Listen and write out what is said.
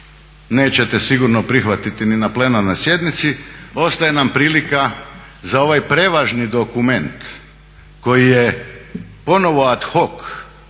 sigurno prihvatiti ni na plenarnoj sjednici, ostaje nam prilika za ovaj prevažni dokument koji je ponovo ad hoc